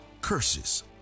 Curses